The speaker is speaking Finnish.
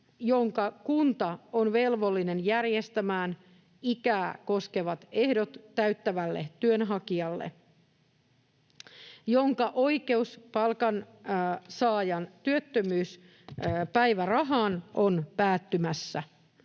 jonka kunta on velvollinen järjestämään ikää koskevat ehdot täyttävälle työnhakijalle, jonka oikeus palkansaajan työttömyyspäivärahaan on päättymässä.